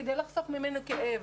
כדי לחסוך ממנו כאב.